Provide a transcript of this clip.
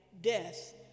death